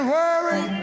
worry